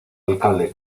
alcalde